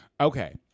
okay